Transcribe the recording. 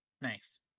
Nice